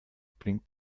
bringt